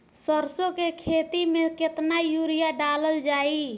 सरसों के खेती में केतना यूरिया डालल जाई?